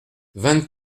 vingt